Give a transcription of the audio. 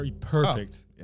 perfect